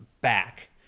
back